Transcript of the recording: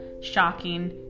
shocking